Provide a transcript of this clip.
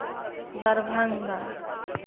Darbhanga